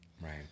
Right